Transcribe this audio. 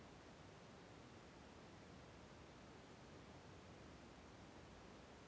ಕೊಯ್ಲು ನಂತರ ರೈತರು ಬೆಳೆದ ಬೆಳೆಯನ್ನು ಯಾವ ರೇತಿ ಆದ ಮಾಡ್ತಾರೆ?